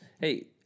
Hey